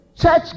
church